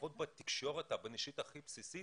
לפחות בתקשורת הבין אישית הכי בסיסית.